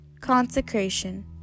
Consecration